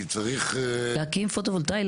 כי צריך --- להקים פוטו-וולטאי.